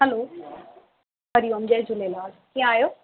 hello Hari Om जय झुलेलाल कीअं आहियो